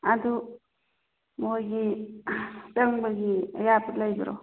ꯑꯗꯨ ꯃꯣꯏꯒꯤ ꯆꯪꯕꯒꯤ ꯑꯌꯥꯕ ꯂꯩꯕꯔꯣ